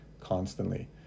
constantly